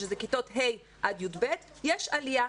שזה כיתות ה' י"ב יש עלייה,